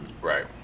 Right